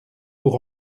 pour